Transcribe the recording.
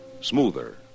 Smoother